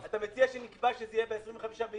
אתה מציע שנקבע שזה יהיה ב-25 ביוני?